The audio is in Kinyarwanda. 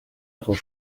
ako